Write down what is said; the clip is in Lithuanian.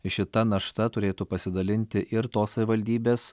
šita našta turėtų pasidalinti ir tos savivaldybės